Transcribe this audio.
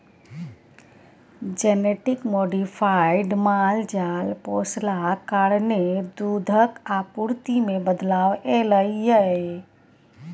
genetic modified माल जाल पोसलाक कारणेँ दुधक आपुर्ति मे बदलाव एलय यै